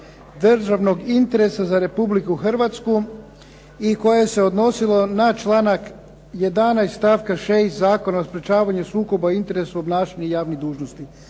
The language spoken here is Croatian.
državnog interesa za RH i koje se odnosilo na članak 11. stavka 6. Zakona o sprečavanju sukoba interesa u obnašanju javnih dužnosti.